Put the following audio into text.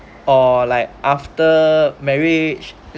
or like after marriage